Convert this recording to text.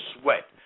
sweat